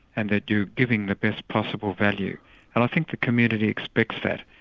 and that you're giving the best possible value. and i think the community expects that,